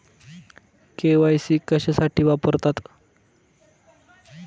KYC कशासाठी वापरतात?